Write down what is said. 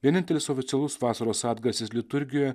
vienintelis oficialus vasaros atgarsis liturgijoje